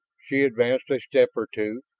she advanced a step or two,